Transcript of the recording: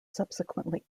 subsequently